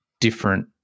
different